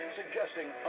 suggesting